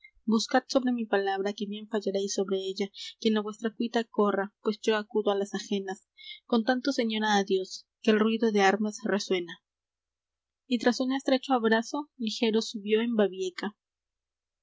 buscad sobre mi palabra que bien fallaréis sobre ella quien á vuestra cuita corra pues yo acudo á las ajenas con tanto señora adios que el ruido de armas resuena y tras un estrecho abrazo ligero subió en babieca